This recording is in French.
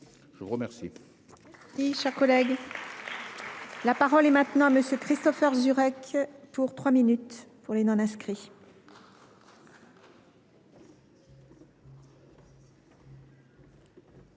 de vous remercier.